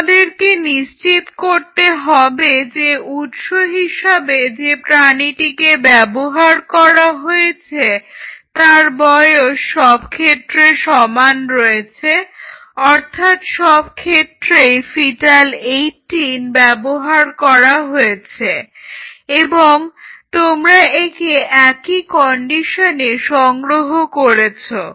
তোমাদেরকে নিশ্চিত করতে হবে যে উৎস হিসেবে যে প্রাণীটিকে ব্যবহার করা হয়েছে তার বয়স সব ক্ষেত্রে সমান রয়েছে অর্থাৎ সব ক্ষেত্রেই ফিটাল 18 ব্যবহার করা হয়েছে এবং তোমরা একে একই কন্ডিশনে সংগ্রহ করেছো